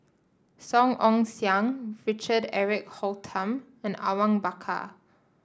Song Ong Siang Richard Eric Holttum and Awang Bakar